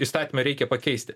įstatyme reikia pakeisti